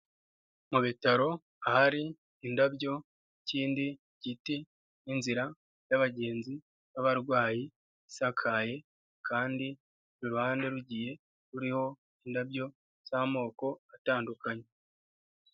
Mu bitaro ahari indabyo ikindi giti giti n'inzira y'abagenzi b'abarwayi isakaye kandi buri ruhande rugiye ruriho indabyo z'amoko atandukanye.